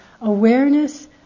awareness